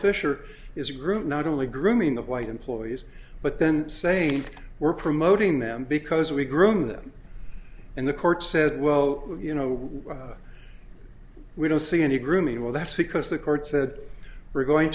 fisher is a group not only grooming the white employees but then saying we're promoting them because we groom them and the court said well you know we don't see any grooming well that's because the court said we're going